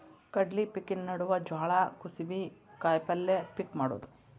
ಕಡ್ಲಿ ಪಿಕಿನ ನಡುವ ಜ್ವಾಳಾ, ಕುಸಿಬಿ, ಕಾಯಪಲ್ಯ ಪಿಕ್ ಮಾಡುದ